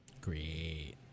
Great